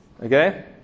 Okay